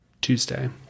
Tuesday